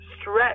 stretch